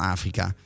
Afrika